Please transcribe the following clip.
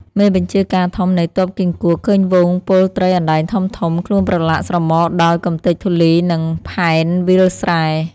មេបញ្ជការធំនៃទ័ពគីង្គក់ឃើញហ្វូងពលត្រីអណ្ដែងធំៗ ខ្លួនប្រឡាក់ស្រមកដោយ កម្ទេចធូលីនិងផែនវាលស្រែ។